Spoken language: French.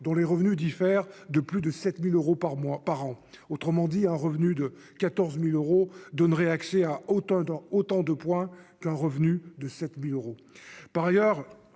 dont les revenus diffèrent de plus de 7 000 euros par an. Autrement dit, un revenu de 14 000 euros procurerait autant de points qu'un revenu de 7 000 euros.